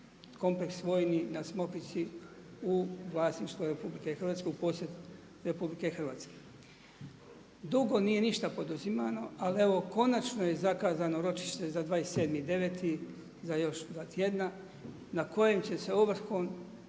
kompleks vojni na Smokvici u vlasništvo RH u posjed RH. Dugo nije ništa poduzimano, ali evo konačno je zakazano ročište za 27.9. za još dva tjedna na kojem će se ovrhom